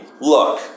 Look